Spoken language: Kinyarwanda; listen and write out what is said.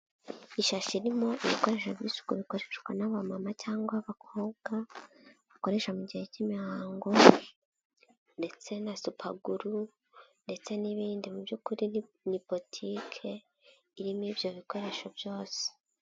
Ishashi irimo ibikoresho by'isuku bikoreshwa n'aba mama cyangwa abakobwa, bakoresha mu gihe cy'imihango ndetse na supaguru ndetse n'ibindi mu by'ukuri ni botike irimo ibyo bikoresho byose.